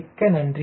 மிக்க நன்றி